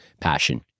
Passion